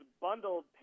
bundled